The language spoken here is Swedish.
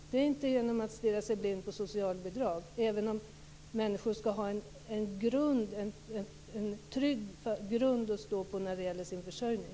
Detta sker inte om man stirrar sig blind på socialbidrag, även om människor skall ha en trygg grund att stå på för sin försörjning.